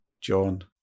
john